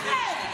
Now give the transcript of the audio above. מה יש לכם?